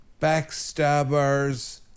Backstabbers